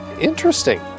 interesting